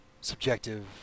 subjective